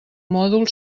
mòdul